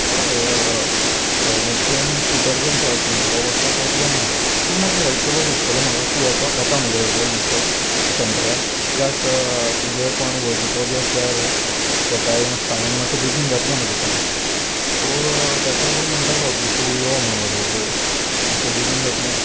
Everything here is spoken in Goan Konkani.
हय म्हजे कडेन स्कुटर बी आसा सो म्हाका वचपाक प्रोब्लम ना तूं मातसो हेल्प करपाक शकतलो म्हाका तूं येतो येता म्हज्या बरोबर मातसो सेंटरान किद्याक तूं जर कोण वळखीचो बी आसल्यार ताकाय मातशें सांगून मातशें बेगीन जातलें म्हजें काम सो ताका लागून म्हणटालो की तूं यो म्हूण म्हज्या बरबर मातशें बेगीन जातलें